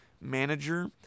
manager